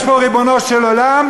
יש פה ריבונו של עולם,